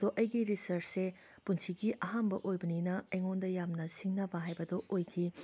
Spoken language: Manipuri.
ꯑꯗꯣ ꯑꯩꯒꯤ ꯔꯤꯁꯔꯁꯁꯦ ꯄꯨꯟꯁꯤꯒꯤ ꯑꯍꯥꯝꯕ ꯑꯣꯏꯕꯅꯤꯅ ꯑꯩꯉꯣꯟꯗ ꯌꯥꯝꯅ ꯁꯤꯡꯅꯕ ꯍꯥꯏꯕꯗꯨ ꯑꯣꯏꯈꯤ